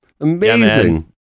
amazing